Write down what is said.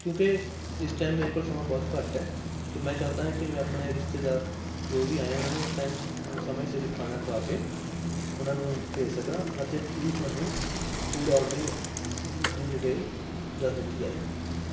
ਕਿਉਂਕਿ ਇਸ ਟਾਈਮ ਮੇਰੇ ਕੋਲ ਸਮਾਂ ਬਹੁਤ ਘੱਟ ਹੈ ਕਿ ਮੈਂ ਚਾਹੁੰਦਾ ਹਾਂ ਕਿ ਮੈਂ ਆਪਣੇ ਰਿਸ਼ਤੇਦਾਰ ਜੋ ਵੀ ਆਏ ਉਨ੍ਹਾਂ ਨੂੰ ਟਾਈਮ ਸਮੇਂ ਸਿਰ ਖਾਣਾ ਖਵਾ ਕੇ ਉਨ੍ਹਾਂ ਨੂੰ ਭੇਜ ਸਕਾਂ ਅਤੇ ਪਲੀਜ਼ ਮੈਨੂੰ ਫੂਡ ਓਡਰਿੰਗ ਦੀ ਡੀਟੇਲ ਦੱਸ ਦਿੱਤੀ ਜਾਵੇ